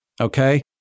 okay